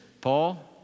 Paul